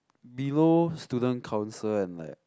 below student council and like